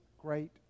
great